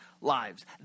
lives